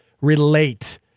relate